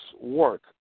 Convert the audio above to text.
work